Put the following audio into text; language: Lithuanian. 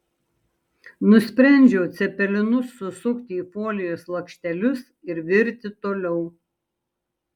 nusprendžiau cepelinus susukti į folijos lakštelius ir virti toliau